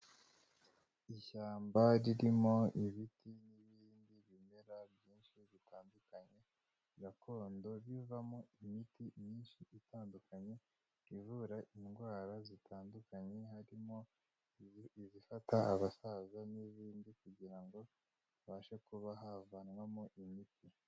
Ishyamba ririmo ibiti n'ibindi bimera byinshi bitandukanye gakondo, bivamo imiti myinshi itandukanye ivura indwara zitandukanye, harimo izifata abasaza n'izindi kugira ngo habashe kuba havanwamo imiti.